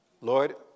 Lord